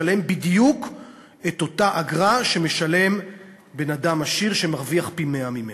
משלם בדיוק את אותה אגרה שמשלם בן-אדם עשיר שמרוויח פי-100 ממנו.